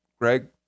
Greg